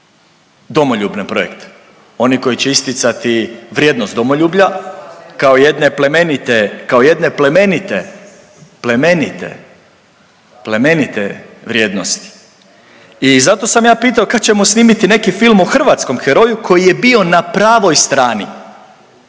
domoljubne projekte, oni koji će isticati vrijednost domoljublja kao jedne plemenite, kao jedne plemenite, plemenite vrijednosti. I zato sam ja pitao kad ćemo snimiti neki film o hrvatskom heroju koji je bio na pravoj strani,